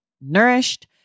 nourished